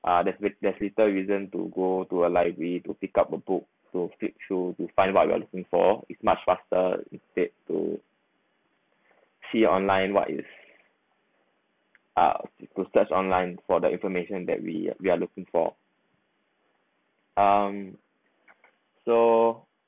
uh there's lit~ there's little reason to go to a library to pick up a book to flip through to find about what you are looking for is much faster instead to see online what is uh to search online for the information that we we are looking for um so